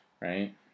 Right